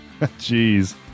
jeez